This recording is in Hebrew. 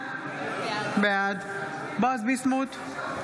בעד בועז ביסמוט,